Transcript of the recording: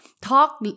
talk